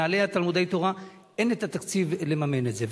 למנהלי תלמודי-התורה אין את התקציב לממן את זה.